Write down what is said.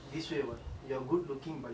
in a sense that